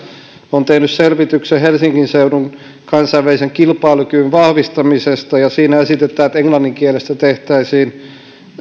ovat tehneet selvityksen helsingin seudun kansainvälisen kilpailukyvyn vahvistamisesta ja siinä esitetään että englannin kielestä tehtäisiin